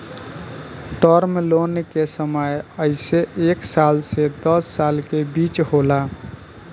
term loan के समय अइसे एक साल से दस साल के बीच होला